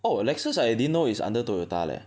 oh Lexus I didn't know is under Toyota leh